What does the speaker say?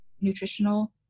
nutritional